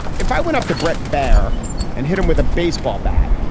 if i went up to brett baer and hit him with a baseball bat,